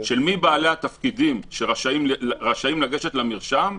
מיהם בעלי התפקידים שרשאים לגשת למרשם,